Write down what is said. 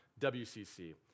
WCC